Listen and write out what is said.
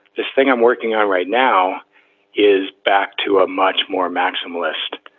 this thing i'm working on right now is back to a much more maximalist